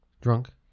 Drunk